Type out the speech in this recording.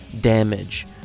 Damage